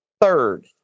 third